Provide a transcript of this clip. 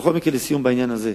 בכל מקרה, לסיום, בעניין הזה,